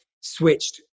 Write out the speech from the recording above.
switched